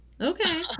Okay